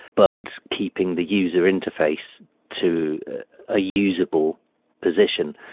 but keeping the user-interface to a usable position.